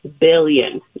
billion